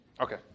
Okay